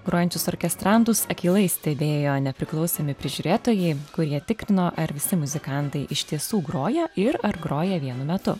grojančius orkestrantus akylai stebėjo nepriklausomi prižiūrėtojai kurie tikrino ar visi muzikantai iš tiesų groja ir ar groja vienu metu